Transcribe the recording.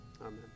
Amen